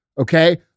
okay